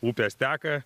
upės teka